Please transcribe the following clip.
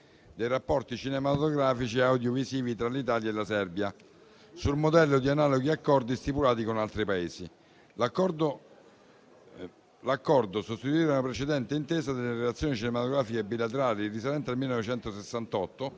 dei rapporti cinematografici e audiovisivi tra l'Italia e la Serbia, sul modello di analoghi accordi stipulati con altri Paesi. L'Accordo sostituisce una precedente intesa relativa alle relazioni cinematografiche bilaterali risalente al 1968,